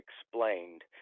explained